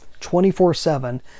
24/7